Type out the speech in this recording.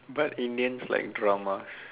but Indians like dramas